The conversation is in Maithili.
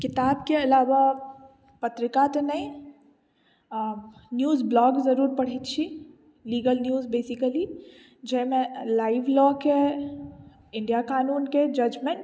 किताब के अलावा पत्रिका तऽ नहि आ न्यूज ब्लॉग जरूर पढ़ै छी लीगल न्यूज बेसिकली जाहिमे लाइव लॉ के इंडिया कानून के जजमेंट